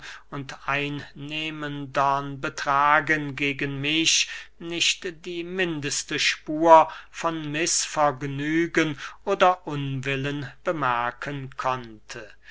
und einnehmendern betragen gegen mich nicht die mindeste spur von mißvergnügen oder unwillen bemerken konnte